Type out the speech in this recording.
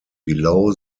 below